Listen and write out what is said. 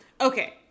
Okay